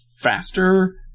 faster